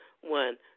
one